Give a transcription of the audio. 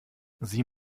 sie